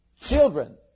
Children